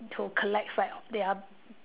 to collect like their